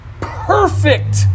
perfect